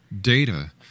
data